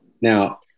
Now